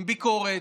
עם ביקורת,